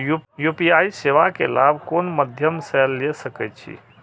UPI सेवा के लाभ कोन मध्यम से ले सके छी?